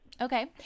Okay